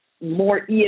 more